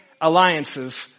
alliances